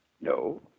No